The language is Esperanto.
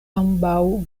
ambaŭ